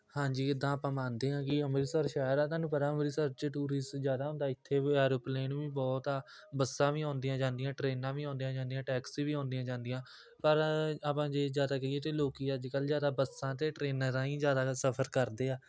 ਹਾਂਜੀ ਜਿੱਦਾਂ ਆਪਾਂ ਮੰਨਦੇ ਹਾਂ ਕਿ ਅੰਮ੍ਰਿਤਸਰ ਸ਼ਹਿਰ ਆ ਤੁਹਾਨੂੰ ਪਤਾ ਅੰਮ੍ਰਿਤਸਰ 'ਚ ਟੂਰਿਸਟ ਜ਼ਿਆਦਾ ਹੁੰਦਾ ਇੱਥੇ ਐਰੋਪਲੇਨ ਵੀ ਬਹੁਤ ਆ ਬੱਸਾਂ ਵੀ ਆਉਂਦੀਆਂ ਜਾਂਦੀਆਂ ਟਰੇਨਾਂ ਵੀ ਆਉਂਦੀਆਂ ਜਾਂਦੀਆਂ ਟੈਕਸੀ ਵੀ ਆਉਂਦੀਆਂ ਜਾਂਦੀਆਂ ਪਰ ਆਪਾਂ ਜੇ ਜ਼ਿਆਦਾ ਕਹੀਏ ਤਾਂ ਲੋਕ ਅੱਜ ਕੱਲ੍ਹ ਜ਼ਿਆਦਾ ਬੱਸਾਂ ਅਤੇ ਟ੍ਰੇਨਾਂ ਰਾਹੀਂ ਜ਼ਿਆਦਾਤਰ ਸਫਰ ਕਰਦੇ ਆ